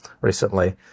recently